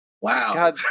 Wow